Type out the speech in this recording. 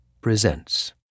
presents